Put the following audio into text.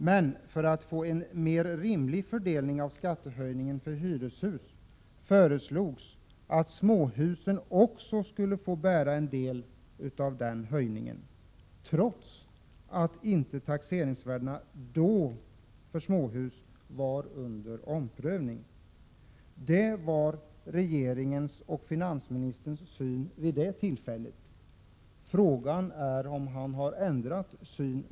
Men för att få en mer rimlig fördelning av skattehöjningen för hyreshus föreslogs att småhusen också skulle få bära en del av denna höjning, trots att taxeringsvärdena för småhus då inte var under omprövning. Det var vad finansministern och regeringen ansåg vid detta tillfälle. Frågan är om finansministern nu har ändrat åsikt.